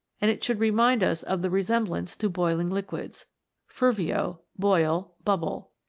and it should remind us of the resemblance to boiling liquids ferveo, boil, bubble.